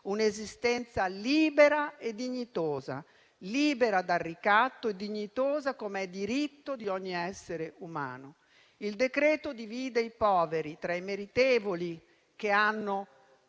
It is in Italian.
un'esistenza libera e dignitosa»: libera dal ricatto e dignitosa, come è diritto di ogni essere umano. Il decreto divide i poveri tra i meritevoli, che hanno